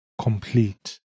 complete